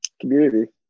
Community